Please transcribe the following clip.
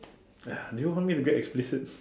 ya do you want me to get explicit